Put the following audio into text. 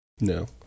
No